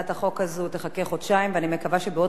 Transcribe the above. ואני מקווה שבעוד חודשיים כולנו נצביע בעד.